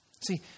See